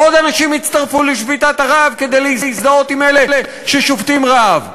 עוד אנשים יצטרפו לשביתת הרעב כדי להזדהות עם אלה ששובתים רעב.